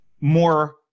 more